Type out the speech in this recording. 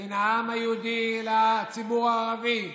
בין העם היהודי לציבור הערבי.